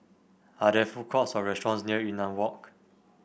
are there food courts or restaurants near Yunnan Walk